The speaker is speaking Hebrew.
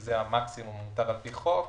וזה המקסימום שמותר על פי חוק.